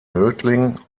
mödling